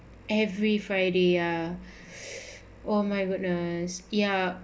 every friday ya oh my goodness ya